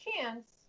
chance